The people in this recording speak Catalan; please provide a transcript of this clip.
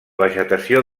vegetació